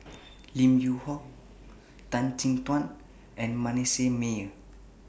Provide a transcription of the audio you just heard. Lim Yew Hock Tan Chin Tuan and Manasseh Meyer